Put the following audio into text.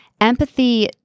Empathy